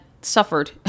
suffered